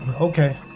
Okay